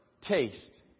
taste